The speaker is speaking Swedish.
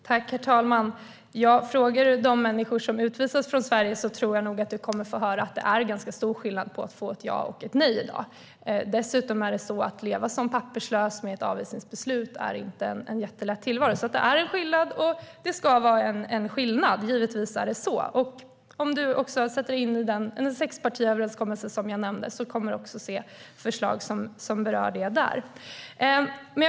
Herr talman! Om Mikael Cederbratt frågar de människor som utvisas från Sverige kommer han att få höra att det är stor skillnad på att få ett ja eller ett nej i dag. Att leva som papperslös med ett avvisningsbeslut är inte en lätt tillvaro. Det är skillnad, och det ska vara skillnad. Givetvis är det så. Om du sätter dig in i sexpartiöverenskommelsen som jag nämnde, Mikael Cederbratt, kommer du att se förslag som berör detta även där.